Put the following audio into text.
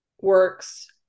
works